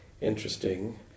interesting